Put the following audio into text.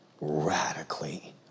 radically